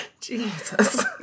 Jesus